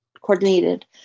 coordinated